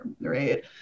right